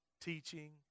teaching